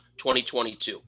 2022